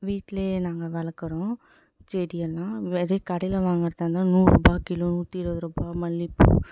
வீட்லேயே நாங்கள் வளர்க்குறோம் செடியெல்லாம் அதே கடையில் வாங்கிறதா இருந்தால் நூறுபா கிலோ நூற்றி இருபதுருபா மல்லிகைப்பூ